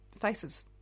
faces